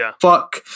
fuck